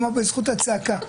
הוא אמר: בזכות הצעקה.